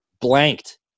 blanked